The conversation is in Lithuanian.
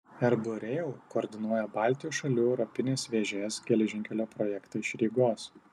rb rail koordinuoja baltijos šalių europinės vėžės geležinkelio projektą iš rygos